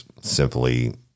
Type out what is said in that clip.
simply